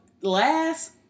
last